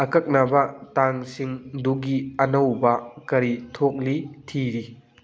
ꯑꯀꯛꯅꯕ ꯇꯥꯡꯁꯤꯡꯗꯨꯒꯤ ꯑꯅꯧꯕ ꯀꯔꯤ ꯊꯣꯛꯂꯤ ꯊꯤꯔꯤ